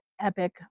epic